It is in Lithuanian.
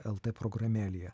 el t programėlėje